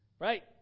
Right